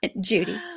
Judy